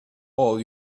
all